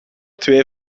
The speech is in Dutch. twee